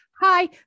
Hi